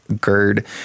GERD